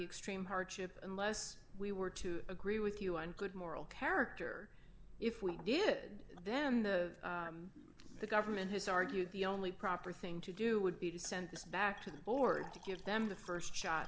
extreme hardship unless we were to agree with you on good moral character if we give them the government has argued the only proper thing to do would be to send this back to the board to give them the st shot